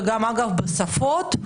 וגם בשפות,